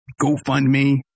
GoFundMe